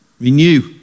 renew